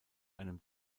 einem